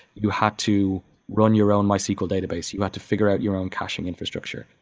you had to run your own mysql database, you had to figure out your own caching infrastructure.